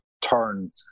turn